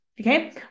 Okay